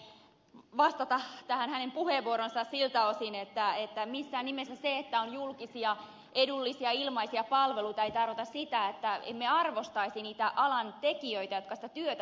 asko seljavaaralle vastata tähän hänen puheenvuoroonsa siltä osin että missään nimessä se että on julkisia edullisia ilmaisia palveluita ei tarkoita sitä että emme arvostaisi niitä alan tekijöitä jotka sitä työtä tekevät